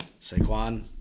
Saquon